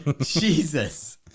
Jesus